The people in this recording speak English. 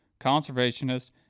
conservationist